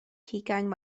hugain